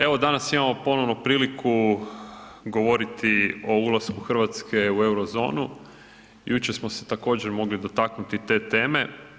Evo danas imamo ponovo priliku govoriti o ulasku Hrvatske u eurozonu, jučer smo se također mogli dotaknuti te teme.